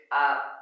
up